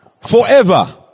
Forever